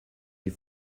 die